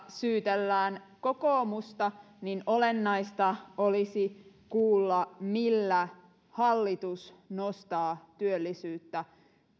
syytellään kokoomusta täällä oppositiossa olennaista olisi kuulla millä hallitus nostaa työllisyyttä